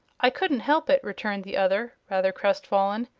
i couldn't help it, returned the other, rather crestfallen.